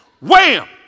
Wham